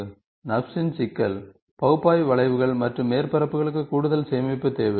எனவே நர்ப்ஸ் இன் சிக்கல் பகுப்பாய்வு வளைவுகள் மற்றும் மேற்பரப்புகளுக்கு கூடுதல் சேமிப்பு தேவை